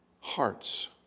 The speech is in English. hearts